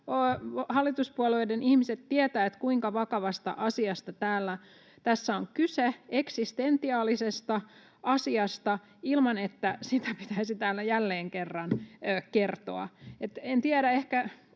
hallituspuolueiden ihmiset tietävät — kuinka vakavasta asiasta tässä on kyse, eksistentiaalisesta asiasta, ilman että sitä pitäisi täällä jälleen kerran kertoa. En tiedä, ehkä